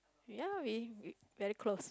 ya we we very close